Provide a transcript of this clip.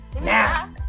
now